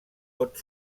pot